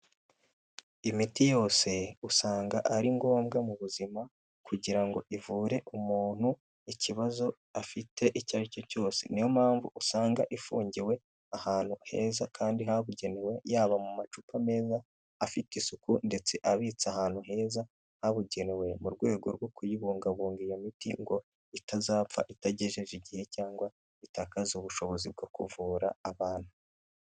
Imiti yose usanga ari ngombwa mu buzima kugira ngo ivure umuntu ikibazo afite icyo ari cyo cyose niyo mpamvu usanga ifungiwe ahantu heza kandi habugenewe yaba mu macupa meza afite isuku ndetse abitse ahantu heza habugenewe mu rwego rwo kuyibungabunga iyo miti ngo itazapfa itagejeje igihe cyangwa itakaza ubushobozi bwo kuvura abantu.